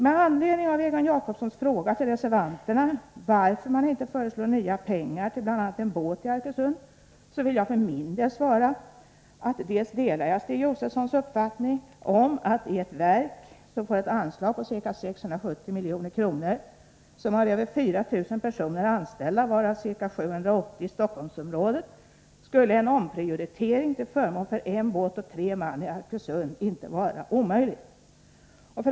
Med anledning av Egon Jacobssons fråga till reservanterna, varför de inte föreslår nya pengar till bl.a. en båt i Arkösund, får jag för min del svara att jag delar Stig Josefsons uppfattning att i ett verk som har ett anslag på ca 670 milj.kr. och som har över 4 000 personer anställda, varav ca 780 i Stockholmsområdet, skulle en omprioritering till förmån för en båt och tre man i Arkösund inte vara omöjlig.